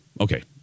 Okay